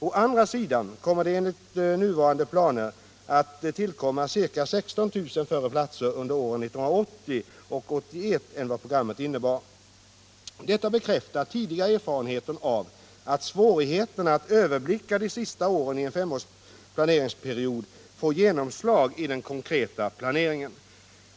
Å andra sidan kommer det enligt nuvarande planer att tillkomma ca 16 000 färre platser under åren 1980 och 1981 än vad programmet innebar. Detta bekräftar tidigare erfarenheter av att svårigheterna att överblicka de sista åren i en femårig planeringsperiod får genomslag i den konkreta planeringen.